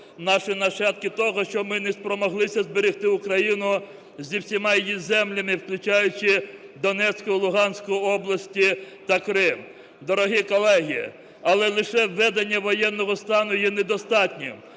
наші нащадки того, що ми не спромоглися зберегти Україну зі всіма її землями, включаючи Донецьку і Луганську області та Крим. Дорогі колеги, але лише введення воєнного стану є недостатнім.